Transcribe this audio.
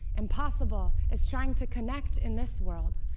impossible is trying to connect in this world,